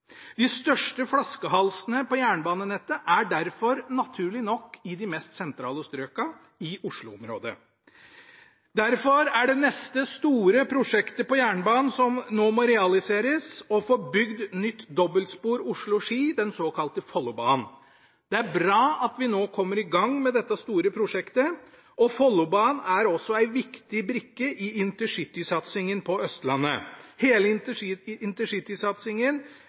De største flaskehalsene på jernbanenettet er derfor naturlig nok i de mest sentrale strøkene, i Oslo-området. Derfor er det neste store prosjektet på jernbanen som nå må realiseres, å få bygd nytt dobbeltspor Oslo–Ski, den såkalte Follobanen. Det er bra at vi nå kommer i gang med dette store prosjektet, og Follobanen er også en viktig brikke i intercitysatsingen på Østlandet – hele intercitysatsingen